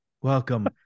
welcome